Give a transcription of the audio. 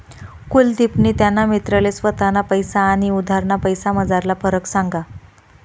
कुलदिपनी त्याना मित्रले स्वताना पैसा आनी उधारना पैसासमझारला फरक सांगा